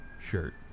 shirt